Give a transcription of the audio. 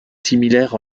similaire